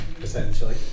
essentially